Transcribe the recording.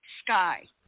sky